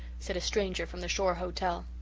said a stranger from the shore hotel.